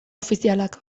ofizialak